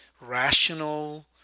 rational